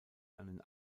einen